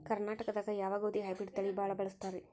ಕರ್ನಾಟಕದಾಗ ಯಾವ ಗೋಧಿ ಹೈಬ್ರಿಡ್ ತಳಿ ಭಾಳ ಬಳಸ್ತಾರ ರೇ?